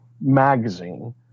Magazine